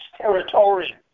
territory